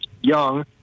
Young